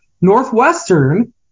Northwestern